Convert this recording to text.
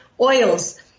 oils